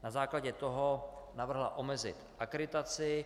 Na základě toho navrhla omezit akreditaci.